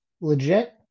legit